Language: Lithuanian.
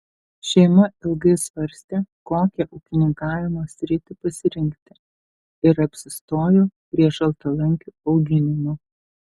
šeima ilgai svarstė kokią ūkininkavimo sritį pasirinkti ir apsistojo prie šaltalankių auginimo